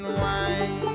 wine